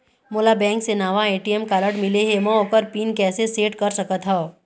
मोला बैंक से नावा ए.टी.एम कारड मिले हे, म ओकर पिन कैसे सेट कर सकत हव?